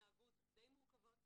התנהגות די מורכבות